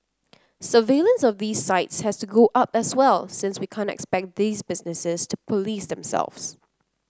surveillance of these sites has to go up as well since we can't expect these businesses to police themselves